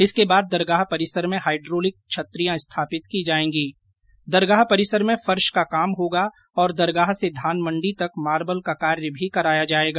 इसके बाद दरगाह परिसर में हाईड्रोलिक छत्रियां स्थापित की जाएगी दरगाह परिसर में फर्श का काम होगा और दरगाह से धानमंडी तक मार्बल का कार्य भी कराया जाएगा